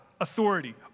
authority